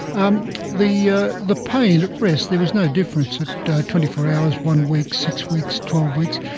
um the ah the pain at rest, there was no difference at twenty four hours, one week, six weeks, twelve weeks.